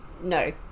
No